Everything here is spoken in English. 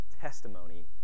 testimony